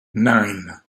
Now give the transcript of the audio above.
nine